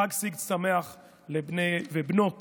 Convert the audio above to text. חג סגד שמח לבני ובנות